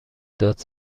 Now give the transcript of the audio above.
داد